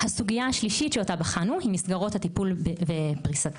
הסוגיה השלישית שאותה בחנו היא מסגרות הטיפול ופריסתן.